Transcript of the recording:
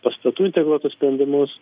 pastatų integruotus sprendimus